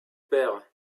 paire